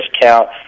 discount